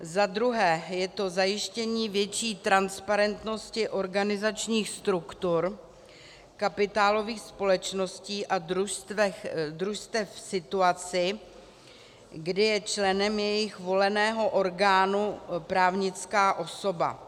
Zadruhé je to zajištění větší transparentnosti organizačních struktur kapitálových společností a družstev v situaci, kdy je členem jejich voleného orgánu právnická osoba.